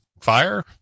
fire